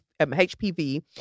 HPV